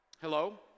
Hello